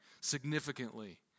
significantly